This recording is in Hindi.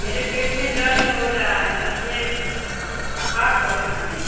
मेरे पेट में दर्द हो रहा है मुझे बुखार हो रहा है